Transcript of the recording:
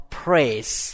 praise